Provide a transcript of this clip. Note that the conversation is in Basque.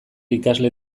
ikasle